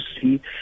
see